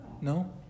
No